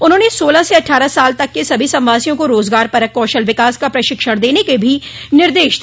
उन्होंने सोलह से अट्ठारह साल तक के सभी संवासियों को रोजगार परक कौशल विकास का प्रशिक्षण देने का भी निर्देश दिया